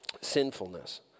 sinfulness